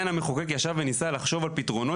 ועדיין המחוקק ישב וניסה לחשוב על פתרונות